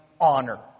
honor